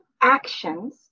actions